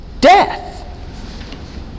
death